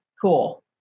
cool